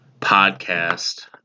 podcast